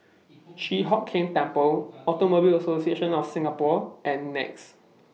Chi Hock Keng Temple Automobile Association of The Singapore and Nex